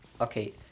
okay